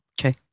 Okay